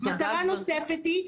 מטרה נוספת היא,